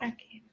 Okay